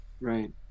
Right